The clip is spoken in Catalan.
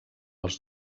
els